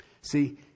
See